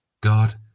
god